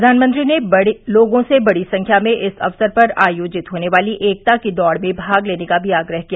प्रधानमंत्री ने लोगों से बड़ी संख्या में इस अवसर पर आयोजित होने वाली एकता की दौड़ में भाग लेने का भी आग्रह किया